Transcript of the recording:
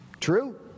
True